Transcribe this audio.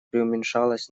приуменьшалась